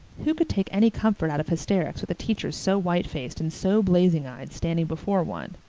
who could take any comfort out of hysterics with a teacher so white-faced and so blazing-eyed standing before one?